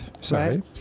sorry